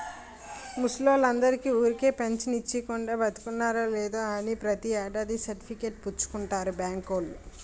ముసలోల్లందరికీ ఊరికే పెంచను ఇచ్చీకుండా, బతికున్నారో లేదో అని ప్రతి ఏడాది సర్టిఫికేట్ పుచ్చుకుంటారు బాంకోల్లు